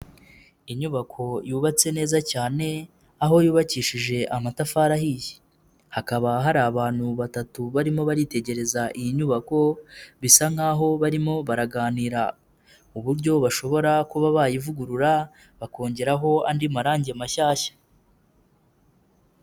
Inyubako yubatse neza cyane aho yubakishije amatafari ahiye, hakaba hari abantu batatu barimo baritegereza iyi nyubako bisa nkaho barimo baraganira uburyo bashobora kuba bayivugurura bakongeraho andi marangi mashyashya.